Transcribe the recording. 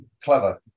clever